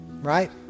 right